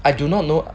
I do not know